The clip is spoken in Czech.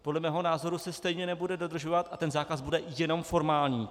Podle mého názoru se stejně nebude dodržovat a ten zákaz bude jenom formální.